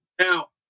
Now